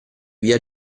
via